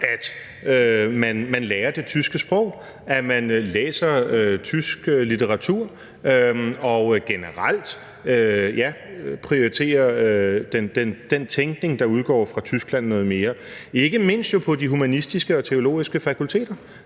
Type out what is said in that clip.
at man lærer det tyske sprog, og at man læser tysk litteratur og generelt prioriterer den tænkning, der udgår fra Tyskland, noget mere. Det gælder ikke mindst på de humanistiske og teologiske fakulteter